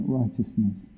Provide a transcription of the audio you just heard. righteousness